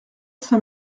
saint